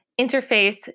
Interface